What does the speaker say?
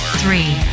three